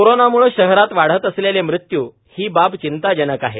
कोरोनाम्ळे शहरात वाढत असलेले मृत्यू ही बाब चिंताजनक आहे